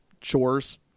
chores